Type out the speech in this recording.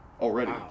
already